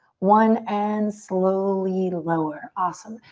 one and slowly lower. awesome.